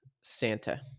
Santa